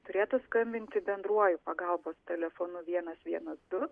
turėtų skambinti bendruoju pagalbos telefonu vienas vienas du